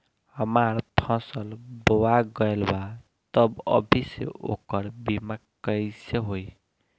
हमार फसल बोवा गएल बा तब अभी से ओकर बीमा कइसे होई?